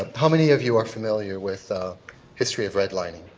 ah how many of you are familiar with the history of red lining?